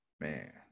Man